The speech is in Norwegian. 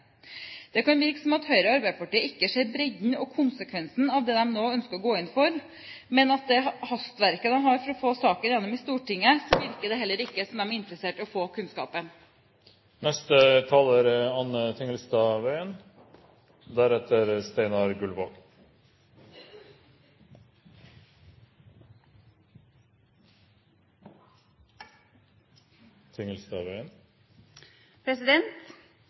Det kan virke som om Høyre og Arbeiderpartiet ikke ser bredden og konsekvensen av det de nå ønsker å gå inn for, men med det hastverket de har for å få saken gjennom i Stortinget virker det heller ikke som om de er interessert i å få den kunnskapen. Innføring av datalagringsdirektivet er